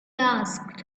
asked